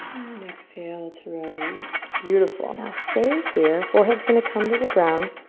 and exhale to release, beautiful. now, stay here, forehead's gonna come to the ground.